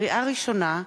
לקריאה ראשונה,